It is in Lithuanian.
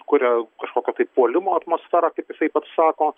kuria kažkokio tai puolimo atmosferą kaip jisai pats sako